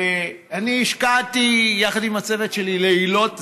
ואני השקעתי יחד עם הצוות שלי לילות,